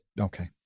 Okay